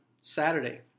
Saturday